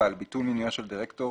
על ביטול מינויו של דירקטור